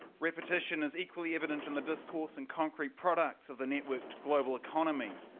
repetition is equally evident in the discourse and concrete products of the networked global economy.